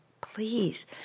please